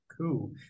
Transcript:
cool